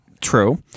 true